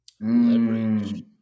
Leverage